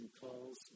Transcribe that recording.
calls